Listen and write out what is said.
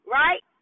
right